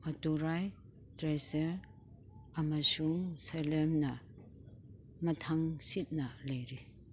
Madurai treasure ꯑꯃꯁꯨꯡ ꯁꯦꯂꯤꯟꯅ ꯃꯊꯪ ꯁꯤꯠꯅ ꯂꯩꯔꯤ